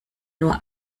nur